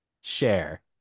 share